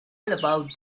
about